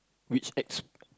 which acts